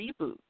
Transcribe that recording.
reboot